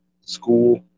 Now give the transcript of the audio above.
school